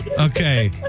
Okay